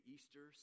Easter